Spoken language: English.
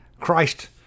Christ